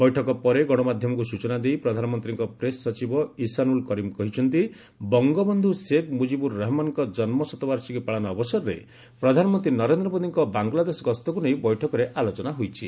ବୈଠକ ପରେ ଗଣମାଧ୍ୟମକୁ ସୂଚନା ଦେଇ ପ୍ରଧାନମନ୍ତ୍ରୀଙ୍କ ପ୍ରେସ୍ ସଚିବ ଇସାନୁଲ କରିମ୍ କହିଛନ୍ତି ବଙ୍ଗବନ୍ଧୁ ଶେଖ୍ ମୁଜିବୁର ରେହମାନଙ୍କ କନ୍ମ ଶତବାର୍ଷିକୀ ପାଳନ ଅବସରରେ ପ୍ରଧାନମନ୍ତ୍ରୀ ନରେନ୍ଦ୍ର ମୋଦୀଙ୍କ ବାଙ୍ଗଲାଦେଶ ଗସ୍ତକୁ ନେଇ ବୈଠକରେ ଆଲୋଚନା ହୋଇଛି